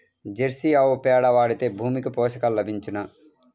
Jersey ఆవు పేడ వాడితే భూమికి పోషకాలు లభించునా?